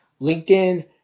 LinkedIn